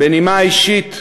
בנימה אישית,